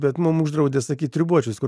bet mum uždraudė sakyti ribojančius kur